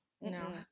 no